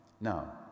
now